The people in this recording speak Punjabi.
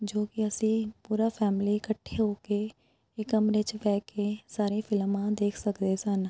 ਜੋ ਕਿ ਅਸੀਂ ਪੂਰਾ ਫੈਮਲੀ ਇਕੱਠੇ ਹੋ ਕੇ ਇੱਕ ਕਮਰੇ 'ਚ ਬਹਿ ਕੇ ਸਾਰੇ ਫਿਲਮਾਂ ਦੇਖ ਸਕਦੇ ਸਨ